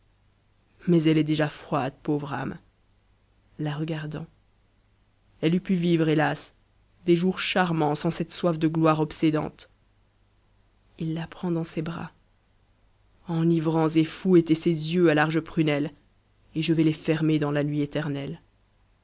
mais elle est déjà froide pauvre âme la fe a elle eût pu vivre hélas des jours charmants sans cette soif de gloire obsédante il wm mm m bras enivrants et fous étaient ses yeux à la large prunelle et je vais les fermer dans la nuit éternelle